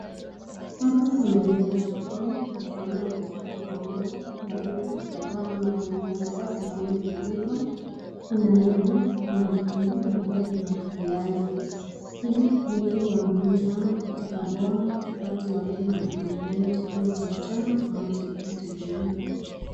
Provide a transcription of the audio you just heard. Hapa ni maeneo ya sokoni na tunaona katika duka moja kuna vitu kadhaa ama bidhaa kadhaa ambavyo vina uzwa. Kuna nyanya, kuna vitunguu na pia kuna viazi, hivi vitu ni vya muhimu sana katika boma wakati watu wanatengeneza chakula cha mchana au chakula cha jioni.